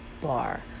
bar